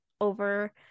over